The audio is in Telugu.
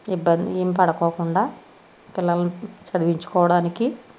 ఇబ్బంది ఏం పడుకోకుండా పిల్లల్ని చదివిచ్చుకోడానికి